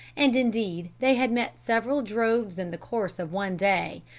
and indeed they had met several droves in the course of one day,